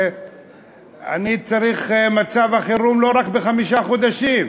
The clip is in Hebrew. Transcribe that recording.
אני צריך הארכה של מצב החירום לא רק בחמישה חודשים,